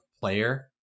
player